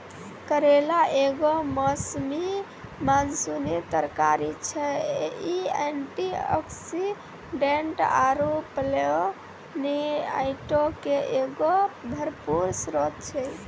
करेला एगो मौसमी मानसूनी तरकारी छै, इ एंटीआक्सीडेंट आरु फ्लेवोनोइडो के एगो भरपूर स्त्रोत छै